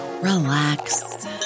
relax